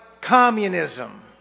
communism